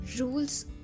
rules